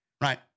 right